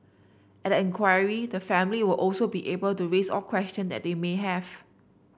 at the inquiry the family will also be able to raise all question that they may have